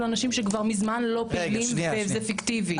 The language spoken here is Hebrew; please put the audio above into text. אנשים שכבר מזמן לא פעילים וזה פיקטיבי.